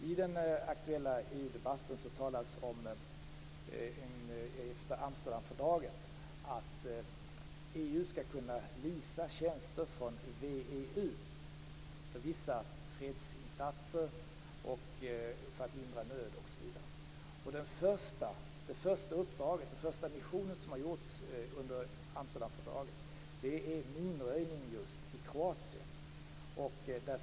I den aktuella EU-debatten efter Amsterdamfördraget talas det om att EU skall kunna leasa tjänster från VEU för vissa fredsinsatser, för att lindra nöd osv. Den första mission som har gjorts under Amsterdamfördraget är minröjning just i Kroatien.